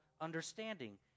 understanding